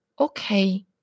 Okay